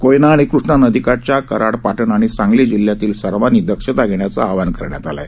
कोयना व कृष्णा नदीकाठच्या कराड पाटण आणि सांगली जिल्ह्यातील सर्वांनी दक्षता घेण्याचे आवाहन करण्यात आले आहे